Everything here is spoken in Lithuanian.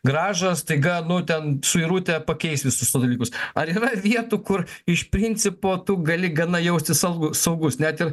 grąžą staiga nu ten suirutė pakeis visus tuos dalykus ar yra vietų kur iš principo tu gali gana jaustis salgu saugus net ir